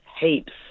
heaps